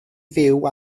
fyw